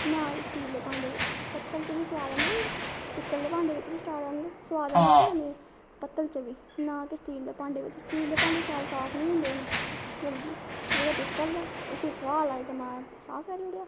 ना की स्टील दे भांडे बिच पत्तल च बी सोआद आंदा पर पीतल दे भांडे बिच बी सोआद आंदा ते कन्नै पत्तल च बी ना ते स्टील दे भांडे बिच स्टील दे भांडे इ'न्ने शैल साफ निं होंदे न जल्दी जेह्ड़े पीतल ऐ उस्सी सोआह् लाई ते साफ करी उड़ेआ